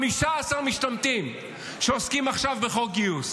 15 משתמטים שעוסקים עכשיו בחוק גיוס?